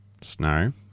Snow